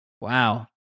wow